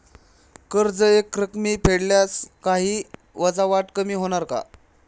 कर्ज एकरकमी फेडल्यास काही वजावट होणार का?